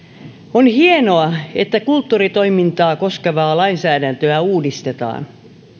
on hienoa että kulttuuritoimintaa koskevaa lainsäädäntöä uudistetaan